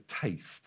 taste